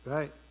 Right